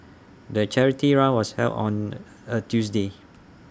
the charity run was held on A Tuesday